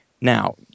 Now